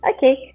Okay